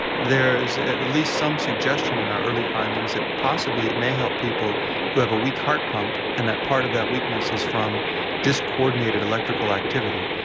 there is at least some suggestion in our early findings that possibly it may help people who have a weak heart pump and that part of that weakness is from dis-coordinated electrical activity.